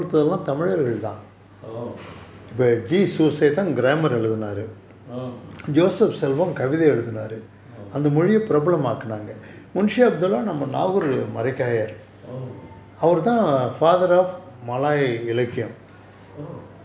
oh oh oh oh oh